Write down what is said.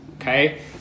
Okay